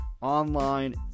online